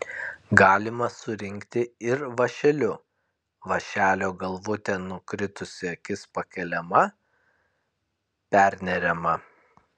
galima surinkti ir vąšeliu vąšelio galvute nukritusi akis pakeliama perneriama